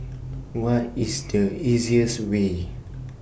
What IS The easiest Way